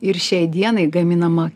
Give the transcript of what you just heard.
ir šiai dienai gaminama